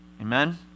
Amen